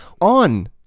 on